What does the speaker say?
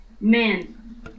men